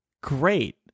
great